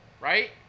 Right